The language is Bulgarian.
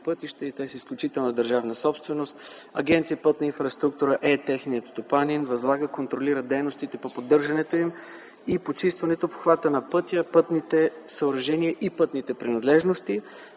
пътища и са изключителна държавна собственост. Агенция „Пътна инфраструктура” е техният стопанин, който възлага и контролира дейностите по поддържането им и почистването в обхвата на пътя, пътните съоръжения и пътните принадлежности.